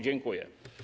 Dziękuję.